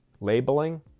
labeling